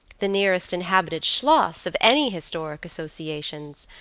the nearest inhabited schloss of any historic associations,